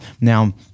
Now